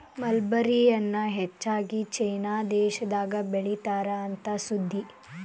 mulberry ಎನ್ನಾ ಹೆಚ್ಚಾಗಿ China ದೇಶದಾಗ ಬೇಳಿತಾರ ಅಂತ ಸುದ್ದಿ